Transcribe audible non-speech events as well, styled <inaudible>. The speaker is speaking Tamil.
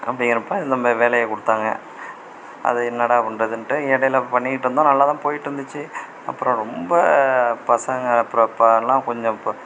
அப்படிங்கிறப்ப இந்தமாரி வேலையை கொடுத்தாங்க அதை என்னடா பண்ணுறதுன்ட்டு இடைல பண்ணிகிட்ருந்தோம் நல்லாதான் போய்ட்ருந்துச்சி அப்புறம் ரொம்ப பசங்கள் <unintelligible> கொஞ்சம்